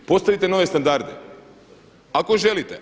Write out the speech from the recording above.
Postavite nove standarde, ako želite.